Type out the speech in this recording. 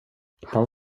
han